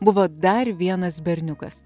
buvo dar vienas berniukas